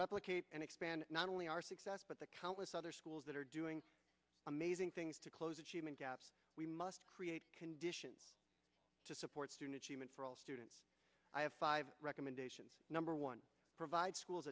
replicate and expand not only our success but the countless other schools that are doing amazing things to close achievement gaps we must create conditions to support soon achievement for all students i have five recommendations number one provide schools